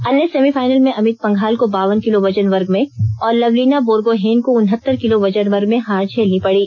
अन्य सेमीफाइनल में अमित पंघाल को बावन किलो वजन वर्ग में और लवलीना बोरगोहेन को उनहत्तर किलो वजन वर्ग में हार झेलनी पड़ी